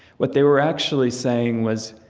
what they were actually saying was,